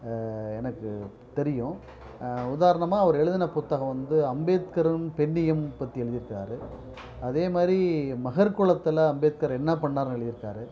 எனக்கு தெரியும் உதாரணமாக அவர் எழுதுன புத்தகம் வந்து அம்பேத்கரும் பெண்ணியம் பற்றி எழுதிருக்குறாரு அதேமாதிரி மகர்குலத்தில் அம்பேத்கர் என்ன பண்ணாருன்னு எழுதிருக்காரு